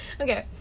Okay